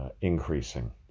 Increasing